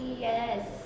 yes